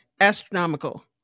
astronomical